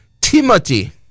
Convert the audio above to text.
Timothy